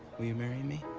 will you marry me?